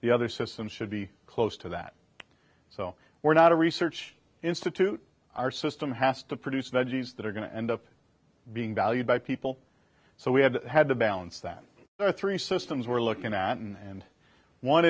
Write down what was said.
the other system should be close to that so we're not a research institute our system has to produce veggies that are going to end up being valued by people so we had had to balance that there are three systems we're looking at and